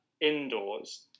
indoors